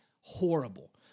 horrible